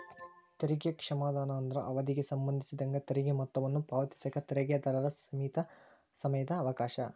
ತೆರಿಗೆ ಕ್ಷಮಾದಾನ ಅಂದ್ರ ಅವಧಿಗೆ ಸಂಬಂಧಿಸಿದಂಗ ತೆರಿಗೆ ಮೊತ್ತವನ್ನ ಪಾವತಿಸಕ ತೆರಿಗೆದಾರರ ಸೇಮಿತ ಸಮಯದ ಅವಕಾಶ